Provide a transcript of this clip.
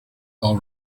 all